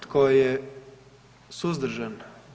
Tko je suzdržan?